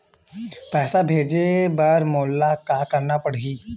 पैसा भेजे बर मोला का करना पड़ही?